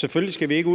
Selvfølgelig skal vi, som jeg siger, ikke